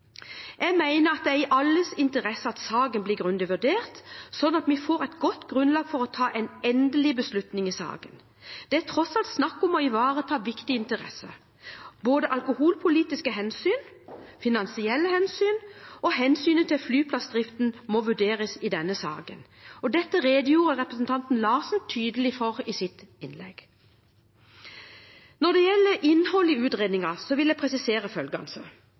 Jeg mener det er i alles interesse at saken blir grundig vurdert, slik at vi får et godt grunnlag for å ta en endelig beslutning i saken. Det er tross alt snakk om å ivareta viktige interesser. Både alkoholpolitiske hensyn, finansielle hensyn og hensynet til flyplassdriften må vurderes i denne saken. Dette redegjorde representanten Larsen tydelig for i sitt innlegg. Når det gjelder innholdet i utredningen, vil jeg presisere følgende: